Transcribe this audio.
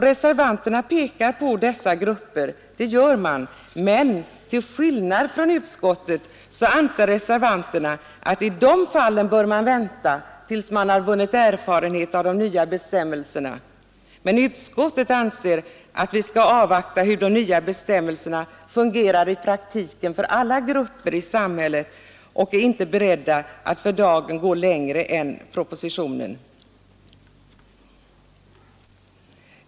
Reservanterna pekar på dessa grupper, men till skillnad från utskottet anser de att man i de fallen bör vänta tills man har vunnit erfarenhet av de nya bestämmelserna. Utskottet menar att vi skall avvakta hur de nya bestämmelserna fungerar i praktiken för alla grupper i samhället, och vi är inte beredda att för dagen gå längre än propositionen.